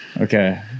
Okay